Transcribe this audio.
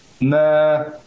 Nah